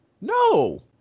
No